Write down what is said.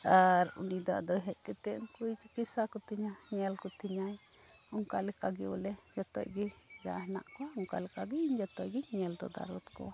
ᱟᱨ ᱩᱱᱤ ᱫᱚ ᱦᱮᱡ ᱠᱟᱛᱮ ᱩᱱᱠᱩᱭ ᱪᱤᱠᱤᱛᱥᱟ ᱠᱚᱛᱤᱧᱟᱭ ᱧᱮᱞ ᱠᱚᱛᱤᱧᱟᱭ ᱚᱱᱠᱟ ᱞᱮᱠᱟ ᱵᱚᱞᱮ ᱡᱚᱛᱚᱡ ᱜᱮ ᱡᱟ ᱦᱮᱱᱟᱜ ᱠᱚᱣᱟ ᱚᱱᱠᱟ ᱞᱮᱠᱟ ᱡᱚᱛᱚᱜᱮ ᱧᱮᱞ ᱛᱟᱫᱟᱨᱳᱜ ᱠᱚᱣᱟ